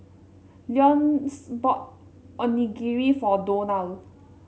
Leonce bought Onigiri for Donal